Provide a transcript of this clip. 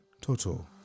Toto